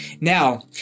Now